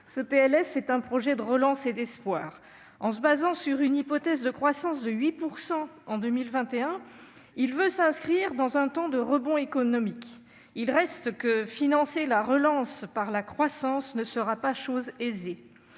ce PLF est un projet de relance et d'espoir. Fondé sur une hypothèse de croissance de 8 % en 2021, il est censé s'inscrire dans un temps de rebond économique. Il reste que financer la relance par la croissance ne sera pas chose aisée.